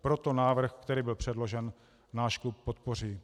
Proto návrh, který byl předložen, náš klub podpoří.